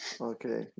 okay